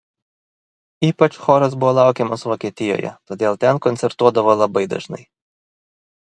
ypač choras buvo laukiamas vokietijoje todėl ten koncertuodavo labai dažnai